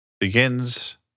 begins